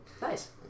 Nice